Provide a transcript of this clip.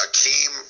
Akeem